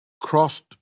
crossed